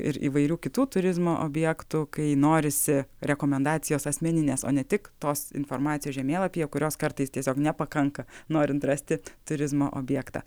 ir įvairių kitų turizmo objektų kai norisi rekomendacijos asmeninės o ne tik tos informacijos žemėlapyje kurios kartais tiesiog nepakanka norint rasti turizmo objektą